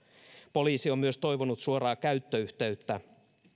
poliisi on toivonut myös suoraa käyttöyhteyttä